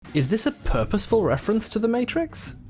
is this a purposeful reference to the matrix?